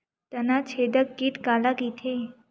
तनाछेदक कीट काला कइथे?